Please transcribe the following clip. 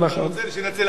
אתה רוצה שנצא להפגנה?